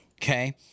okay